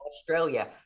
Australia